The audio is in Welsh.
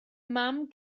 mam